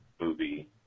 movie